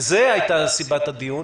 וזו הייתה סיבת הדיון,